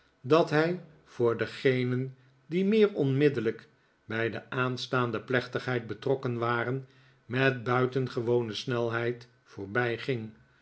dat hij voor degenen die meer onmiddellijk bij de aanstaande plechtigheid betrokken waren met buitengewone snelheid